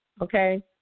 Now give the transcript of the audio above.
okay